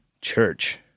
Church